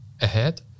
ahead